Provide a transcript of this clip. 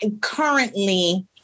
currently